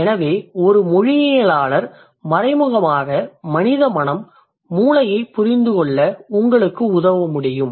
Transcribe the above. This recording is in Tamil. எனவே ஒரு மொழியியலாளர் மறைமுகமாக மனித மனம் மூளையைப் புரிந்துகொள்ள உங்களுக்கு உதவ முடியும்